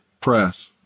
press